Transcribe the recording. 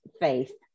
Faith